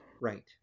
Right